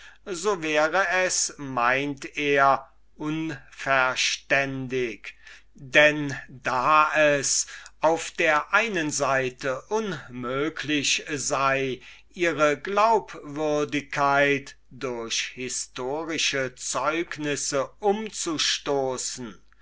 so wäre es meint er unverständig denn da es auf der einen seite unmöglich sei ihre glaubwürdigkeit durch historische zeugnisse umzustoßen